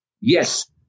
yes